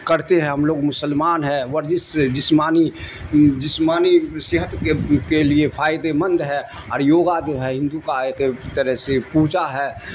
کرتے ہیں ہم لوگ مسلمان ہے ورزش جسمانی جسمانی صحت کے کے لیے فائدے مند ہے اور یوگا جو ہے ہندو کا ایک طرح سے پوجا ہے